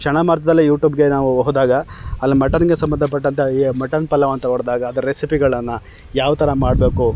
ಕ್ಷಣ ಮಾತ್ರದಲ್ಲೆ ಯೂಟೂಬಿಗೆ ನಾವು ಹೋದಾಗ ಅಲ್ಲಿ ಮಟನ್ನಿಗೆ ಸಂಬಂಧಪಟ್ಟಂಥ ಈ ಮಟನ್ ಪಲಾವ್ ಅಂತ ಹೊಡ್ದಾಗ ಅದರ ರೆಸಿಪಿಗಳನ್ನು ಯಾವ ಥರ ಮಾಡಬೇಕು